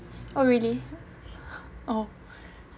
oh really oh